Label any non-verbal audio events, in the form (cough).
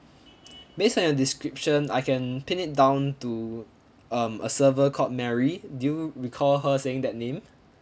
(noise) based on your description I can pin it down to um a server called mary do you recall her saying that name